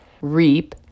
Reap